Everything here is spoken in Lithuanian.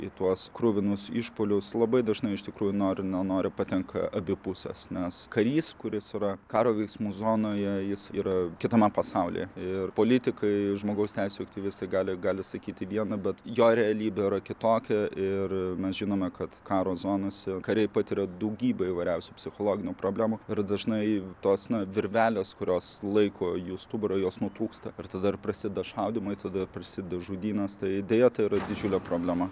į tuos kruvinus išpuolius labai dažnai iš tikrųjų nori nenori patenka abi pusės nes karys kuris yra karo veiksmų zonoje jis yra kitame pasaulyje ir politikai žmogaus teisių aktyvistai gali gali sakyti viena bet jo realybė yra kitokia ir mes žinome kad karo zonose kariai patiria daugybę įvairiausių psichologinių problemų ir dažnai tos na virvelės kurios laiko jų stuburą jos nutrūksta ir tada prasideda šaudymai tada prasideda žudynės tai deja tai yra didžiulė problema